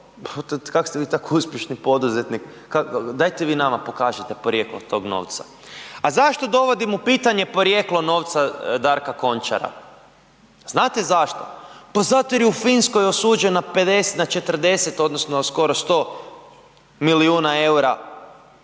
kak ste vi tak uspješni poduzetnik, dajte vi nama pokažite porijeklo tog novca. A zašto dovodim u pitanje porijeklo novca Danka Končara? Znate zašto, pa zato jer je u Finskoj osuđen na 50, na 40 odnosno skoro 100 milijuna EUR-a